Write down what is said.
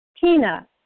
Tina